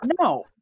no